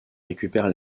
récupère